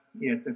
Yes